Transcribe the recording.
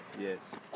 Yes